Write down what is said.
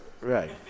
Right